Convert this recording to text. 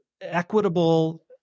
equitable